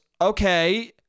okay